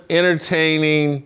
entertaining